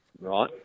Right